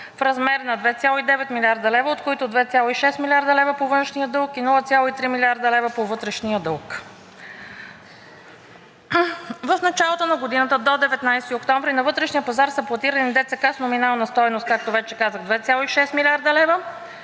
в размер на 2,9 млрд. лв., от които 2,6 млрд. лв. по външния дълг и 0,3 млрд. лв. по вътрешния дълг. В началото на годината до 19 октомври на вътрешния пазар са пласирани държавни ценни книжа с номинална стойност, както вече казах, 2,6 млрд. лв.